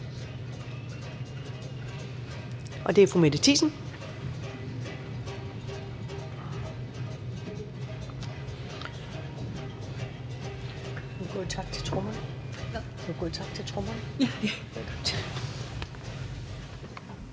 og det er fru Mette Thiesen.